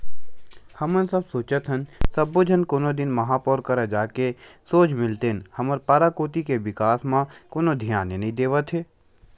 हमन सब सोचत हन सब्बो झन कोनो दिन महापौर करा जाके सोझ मिलतेन हमर पारा कोती के बिकास म कोनो धियाने नइ देवत हे